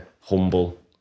humble